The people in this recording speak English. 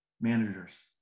managers